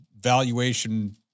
valuation